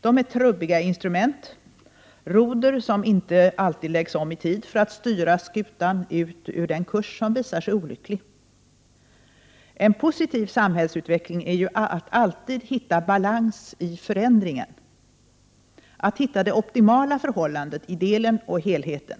Dessa är trubbiga instrument, roder som inte alltid läggs om i tid för att skutan skall kunna styras ut ur den kurs som visar sig vara olycklig. En positiv samhällsutveckling är ju alltid att hitta en balans i förändringen, att hitta det optimala förhållandet i delen och helheten.